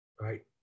right